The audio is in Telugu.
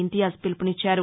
ఇంతియాజ్ పిలుపునిచ్చారు